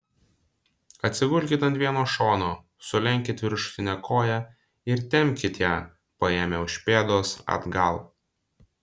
atsigulkit ant vieno šono sulenkit viršutinę koją ir tempkit ją paėmę už pėdos atgal